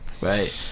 right